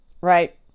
right